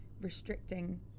restricting